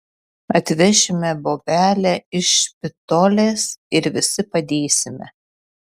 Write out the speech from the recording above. atvešime bobelę iš špitolės ir visi padėsime